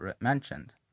mentioned